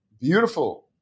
beautiful